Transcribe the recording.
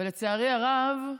ולצערי הרב,